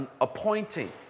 appointing